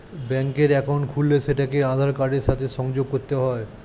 ব্যাঙ্কের অ্যাকাউন্ট খুললে সেটাকে আধার কার্ডের সাথে সংযোগ করতে হয়